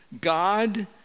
God